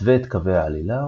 מתווה את קווי העלילה,